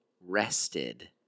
rested